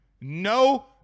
No